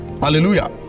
Hallelujah